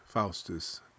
Faustus